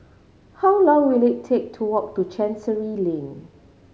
how long will it take to walk to Chancery Lane